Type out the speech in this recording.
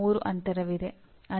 3 ಅಂತರವಿದೆ